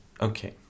okay